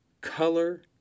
color